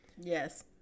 Yes